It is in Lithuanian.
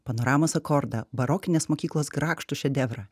panoramos akordą barokinės mokyklos grakštų šedevrą